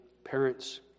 parents